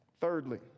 Thirdly